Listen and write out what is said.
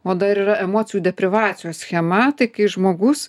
o dar yra emocijų deprivacijos schema tai kai žmogus